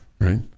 right